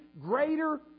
greater